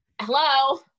hello